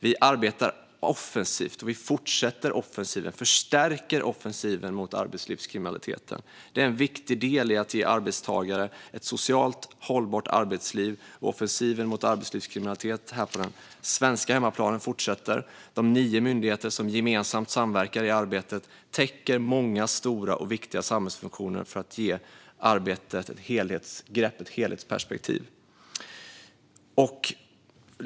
Vi arbetar offensivt och förstärker offensiven mot kriminaliteten. Det är en viktig del i att ge arbetstagare ett socialt hållbart arbetsliv, och offensiven mot arbetskriminalitet på hemmaplan fortsätter därför. De nio myndigheter som samverkar i arbetet täcker många stora och viktiga samhällsfunktioner för att ta ett helhetsgrepp och ge ett helhetsperspektiv.